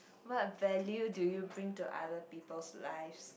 what value do you bring to other people's life